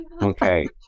Okay